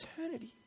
eternity